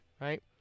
right